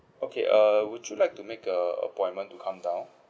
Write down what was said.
okay uh would you like to make a appointment to come down